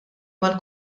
mal